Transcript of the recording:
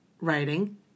writing